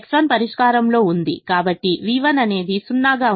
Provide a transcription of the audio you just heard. X1 పరిష్కారంలో ఉంది కాబట్టి v1 అనేది 0 గా ఉండాలి